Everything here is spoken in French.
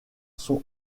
sont